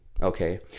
Okay